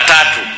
Tatu